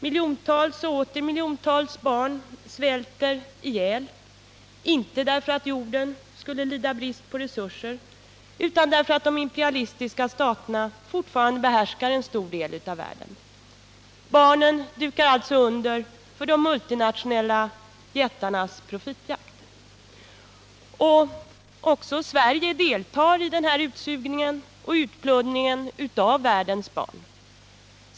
Miljontals barn svälter ihjäl, inte därför att jorden lider brist på resurser utan därför att de imperialistiska staterna fortfarande behärskar en stor del av världen. Barnen dukar alltså under för de multinationella jättarnas profitjakt. Även Sverige deltar i denna utsugning och utplundring av världens barn.